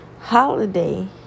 holiday